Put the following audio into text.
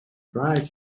pride